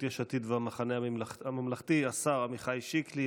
יש עתיד והמחנה הממלכתי השר עמיחי שיקלי.